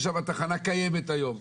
יש שם תחנה קיימת היום.